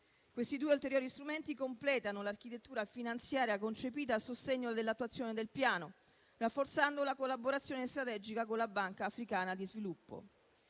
Questi due ulteriori strumenti completano l'architettura finanziaria concepita a sostegno dell'attuazione del piano, rafforzando la collaborazione strategica con la Banca africana di sviluppo.